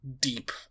deep